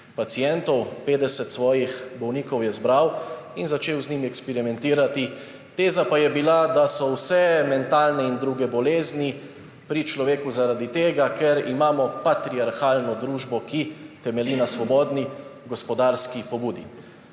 pacientov, 50 svojih bolnikov je zbral in začel z njimi eksperimentirati. Teza pa je bila, da so vse mentalne in druge bolezni pri človeku zaradi tega, ker imamo patriarhalno družbo, ki temelji na svobodni gospodarski pobudi.